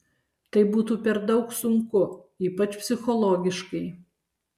tai būtų per daug sunku ypač psichologiškai